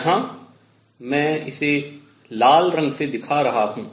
यहाँ मैं इसे लाल रंग से दिखा रहा हूँ